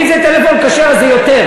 אם זה טלפון כשר אז זה יותר,